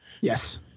Yes